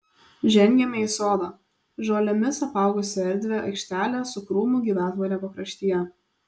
žengėme į sodą žolėmis apaugusią erdvią aikštelę su krūmų gyvatvore pakraštyje